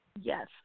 Yes